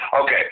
Okay